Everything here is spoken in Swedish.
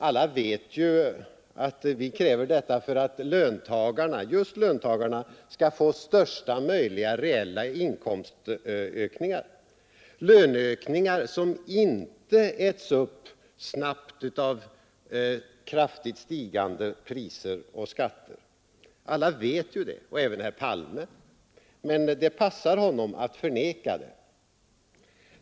Alla vet ju att vi kräver detta för att just löntagarna skall få största möjliga reella inkomstökningar, löneökningar som inte snabbt äts upp av kraftigt stigande priser och skatter. Alla vet ju det, även herr Palme, men det passar honom att förneka det.